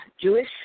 Jewish